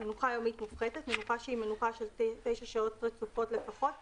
"מנוחה יומית מופחתת" מנוחה של 9 שעות רצופות לפחות,